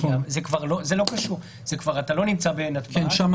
זה לא קשור, אתה כבר לא נמצא בנתב"ג.